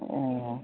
ꯑꯣ